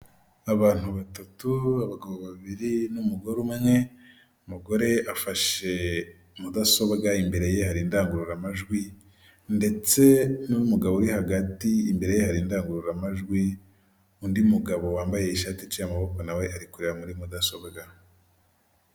Abantu batatu abagabo babiri n'umugore umwe, umugore afashe mudasobwa, imbere ye hari indangururamajwi, ndetse n'umugabo uri hagati imbere ye hari indangururamajwi undi mugabo wambaye ishati iciye amaboko nawe ari kureba muri mudasobwa.